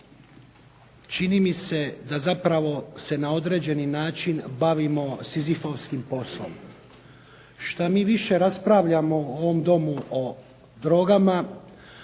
čini mi se da zapravo na određeni način bavimo Sizifovskim poslom. Što mi više raspravljamo u ovom Domu o drogama,